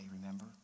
remember